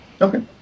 Okay